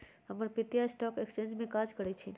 हमर पितिया stock exchange में काज करइ छिन्ह